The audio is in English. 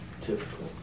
Typical